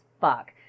fuck